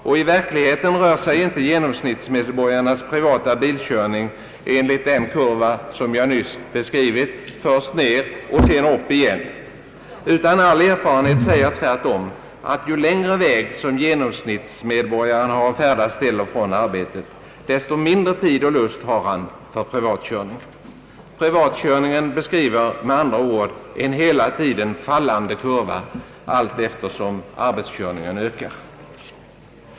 Och i verkligheten rör sig inte genomsnittsmedborgarnas privata bilkörning enligt den kurva som jag nyss beskrivit: först ned och sedan upp igen. All erfarenhet säger tvärtom att ju längre väg som genomsnittsmedborgaren har att färdas till och från arbetet, desto mindre tid och lust har han för privatkörning. Privatkörningen «beskriver med andra ord en hela tiden fallande kurva = allteftersom = arbetskörningen ökar.